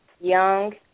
young